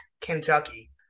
Kentucky